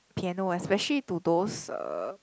piano especially to those uh